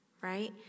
right